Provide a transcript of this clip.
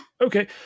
Okay